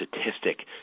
statistic